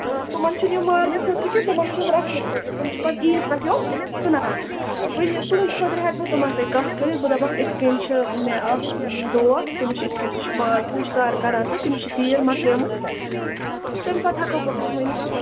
تِمن چھِنہٕ یِم مارنہٕ خٲطرٕ کیٚنٛہہ تِمن چھِ یِم رچھنہٕ خٲطرٕ تِم چھِ پتہٕ عیٖذ پٮ۪ٹھ یِم کٕنان وٕنہِ تُہٕنٛدِ خٲطرٕ ہٮ۪کہٕ بہٕ تِمن سۭتۍ کَتھ کٔرِتھ بہٕ دَپکھ یِتھ کَنۍ چھِ مےٚ اَکھ دوس تٔمِس چھِ یِتھ کَنۍ سُہ چھِ ماز پُج کار کَران تہٕ تٔمِس چھِ تیٖر مکلیمٕتۍ تہٕ تَمہِ پتہٕ ہٮ۪کو بہٕ توہہِ ؤنِتھ